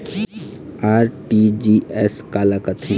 RTGS काला कथें?